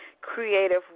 Creative